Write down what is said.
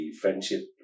friendship